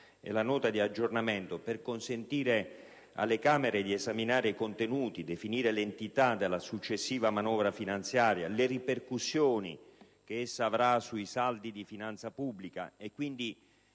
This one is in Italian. e la Nota di aggiornamento per consentire alle Camere di esaminare i contenuti e definire l'entità della successiva manovra finanziaria e le ripercussioni che essa avrà sui saldi di finanza pubblica (e quindi,